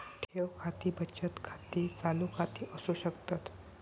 ठेव खाती बचत खाती, चालू खाती असू शकतत